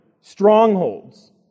strongholds